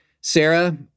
Sarah